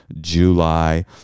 July